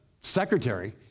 secretary